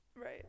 right